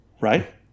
right